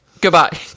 Goodbye